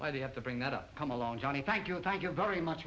why do you have to bring that up come along johnny thank you thank you very much